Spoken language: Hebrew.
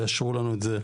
יאשרו לנו את זה,